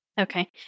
Okay